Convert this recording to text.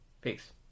Peace